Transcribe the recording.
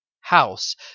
House